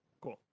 Cool